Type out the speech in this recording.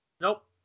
Nope